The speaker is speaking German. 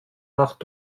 nacht